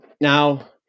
Now